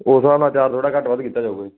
ਉਸ ਹਿਸਾਬ ਨਾਲ ਹੋ ਸਕਦਾ ਥੋੜਾ ਘੱਟ ਵੱਧ ਕੀਤਾ ਜਾਊਗਾ